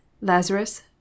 Lazarus